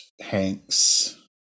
Hanks